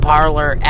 Parlor